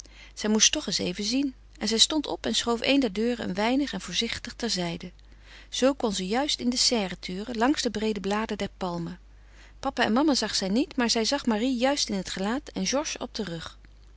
zij moest toch eens even zien en zij stond op en schoof een der deuren een weinig en voorzichtig ter zijde zoo kon ze juist in de serre turen langs de breede bladen der palmen papa en mama zag zij niet maar zij zag marie juist in het gelaat en georges op den rug